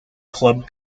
club